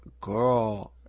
girl